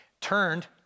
Turned